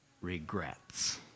regrets